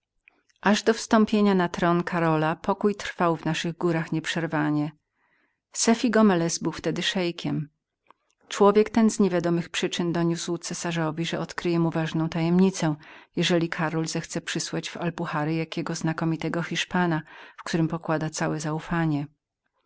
aż do wstąpienia na tron karola pokój trwał w naszych górach nieprzerwanie sefi gomelez był wtedy byłbył wtedy szeikiem człowiek ten z niewiadomych przyczyn doniósł cesarzowi że pragnie odkryć mu ważną tajemnicę jeżeliby karol chciał przysłać w alpuhary jakiego znakomitego hiszpana w którymby pokładał całe zaufanie